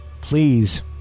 please